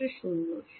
ছাত্র ০